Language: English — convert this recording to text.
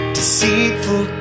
deceitful